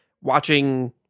watching